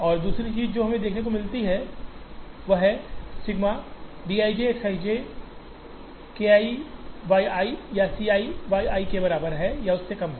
और दूसरी चीज़ जो हमें देखने की ज़रूरत है वह है sigma D j X i j K i y i या C i y i के बराबर या उससे कम है